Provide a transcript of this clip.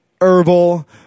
herbal